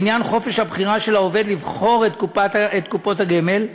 לעניין חופש הבחירה של העובד לבחור את קופת הגמל,